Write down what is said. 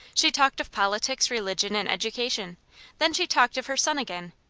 she talked of politics, religion, and education then she talked of her son again.